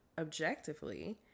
objectively